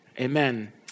amen